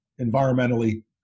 environmentally